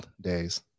days